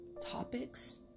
topics